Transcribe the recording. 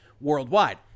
worldwide